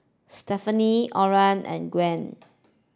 Stephania Orin and Gwen